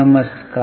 नमस्कार